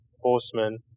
horsemen